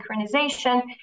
synchronization